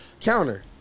counter